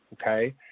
Okay